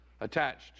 attached